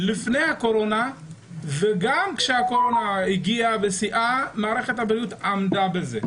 לפני הקורונה וגם כאשר הקורונה הגיעה אבל המערכת עמדה בזה.